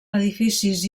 edificis